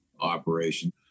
operation